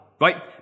right